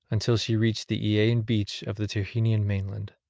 until she reached the aeaean beach of the tyrrhenian mainland.